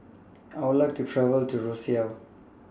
I Would like to travel to Roseau